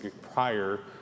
prior